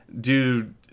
dude